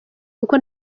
kuko